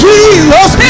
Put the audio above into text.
Jesus